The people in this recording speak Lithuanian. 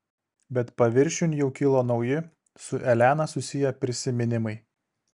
bet paviršiun jau kilo nauji su elena susiję prisiminimai